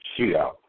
Shootout